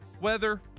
weather